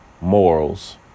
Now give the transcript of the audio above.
morals